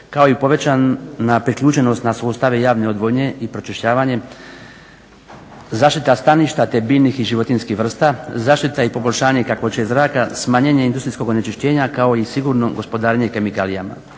kao i povećana priključenost na sustave javne odvodnje i pročišćavanje, zaštita staništa te biljnih i životinjskih vrsta, zaštita i poboljšanje kakvoće zraka, smanjenje industrijskog onečišćenja kao i sigurno gospodarenje kemikalijama.